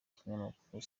ikinyamakuru